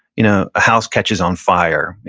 you know a house catches on fire,